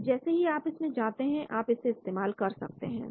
तो जैसे ही आप इसमें जाते हैं आप इसे इस्तेमाल कर सकते हैं